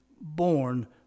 born